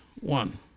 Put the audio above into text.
one